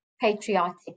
patriotic